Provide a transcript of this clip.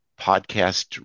podcast